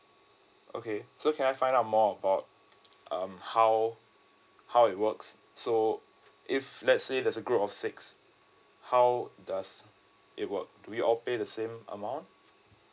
okay so can I find out more about um how how it works so if let's say there's a group of six how does it work do we all pay the same amount